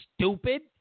stupid